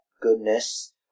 goodness